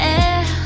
air